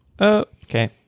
Okay